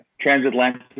transatlantic